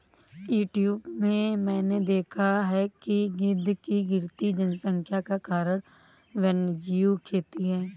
YouTube में मैंने देखा है कि गिद्ध की गिरती जनसंख्या का कारण वन्यजीव खेती है